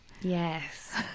Yes